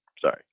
Sorry